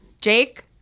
Jake